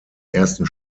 ersten